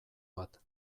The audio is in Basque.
bat